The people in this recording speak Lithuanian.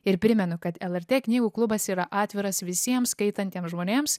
ir primenu kad lrt knygų klubas yra atviras visiems skaitantiem žmonėms